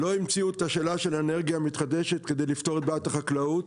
לא המציאו את השאלה של אנרגיה מתחדשת כדי לפתור את בעיית החקלאות,